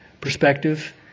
perspective